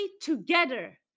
together